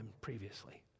previously